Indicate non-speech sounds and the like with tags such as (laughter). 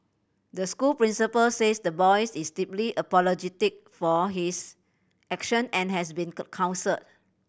the school principal says the boy is deeply apologetic for his action and has been (unintelligible) counselled